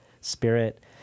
spirit